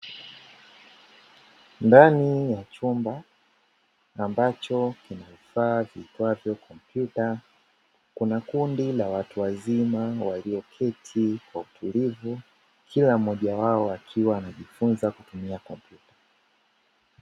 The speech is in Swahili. Ndani ya chumba ambacho kina vifaa viitwavyo kompyuta, kuna kundi la watu wazima walioketi kwa utulivu, kila mmoja wao akiwa anajifunza kutumia kompyuta.